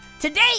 Today